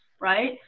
right